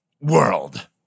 world